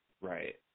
right